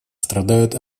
страдают